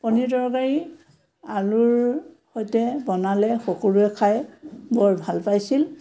পনীৰ তৰকাৰী আলুৰ সৈতে বনালে সকলোৱে খাই বৰ ভাল পাইছিল